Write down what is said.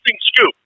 scoop